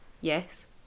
Yes